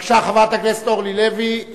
בבקשה, חברת הכנסת אבקסיס,